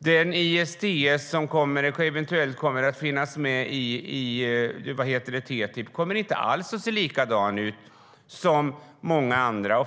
Den ISDS som eventuellt kommer att finnas med i TTIP kommer inte alls att se likadan ut som många andra.